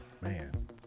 Man